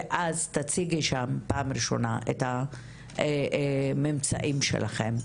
ואז תציגי שם בפעם הראשונה את הממצאים שלכם.